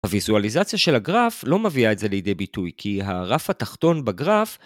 הוויזואליזציה של הגרף לא מביאה את זה לידי ביטוי כי הרף התחתון בגרף...